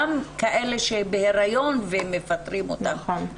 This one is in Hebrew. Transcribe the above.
גם כאלה שבהיריון ומפטרים אותן,